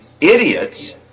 idiots